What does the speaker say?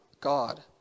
God